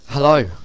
Hello